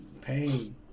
pain